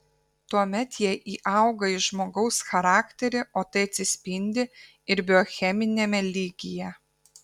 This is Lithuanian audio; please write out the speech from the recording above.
tuomet jie įauga į žmogaus charakterį o tai atsispindi ir biocheminiame lygyje